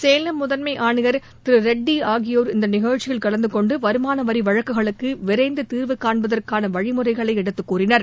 சேலம் முதன்மை ஆணையர் திரு ரெட்டி ஆகியோர் இந்த நிகழ்ச்சியில் கலந்து கொன்டு வருமானவரி வழக்குகளுக்கு விரைந்து தீர்வு னண்பதற்கான வழிமுறைகளை எடுத்துக் கூறினர்